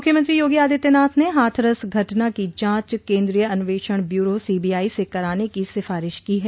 मुख्यमंत्री योगी आदित्यनाथ ने हाथरस घटना की जांच केंद्रीय अन्वेषण ब्यूरो सीबीआई से कराने की सिफारिश की है